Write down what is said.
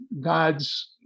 God's